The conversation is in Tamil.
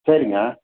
சரிங்க